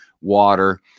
water